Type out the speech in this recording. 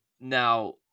Now